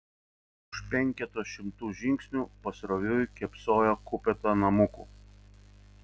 už penketo šimtų žingsnių pasroviui kėpsojo kupeta namukų